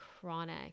chronic